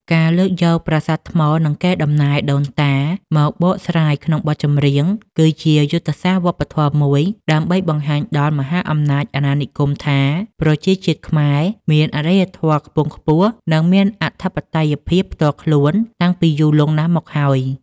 ការលើកយកប្រាសាទថ្ម និងកេរដំណែលដូនតាមកបកស្រាយក្នុងបទចម្រៀង គឺជាយុទ្ធសាស្ត្រវប្បធម៌មួយដើម្បីបង្ហាញដល់មហាអំណាចអាណានិគមថា ប្រជាជាតិខ្មែរមានអរិយធម៌ខ្ពង់ខ្ពស់ និងមានអធិបតេយ្យភាពផ្ទាល់ខ្លួនតាំងពីយូរលង់ណាស់មកហើយ